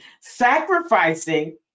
sacrificing